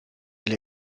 elle